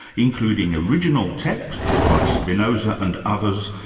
including original texts by spinoza and others,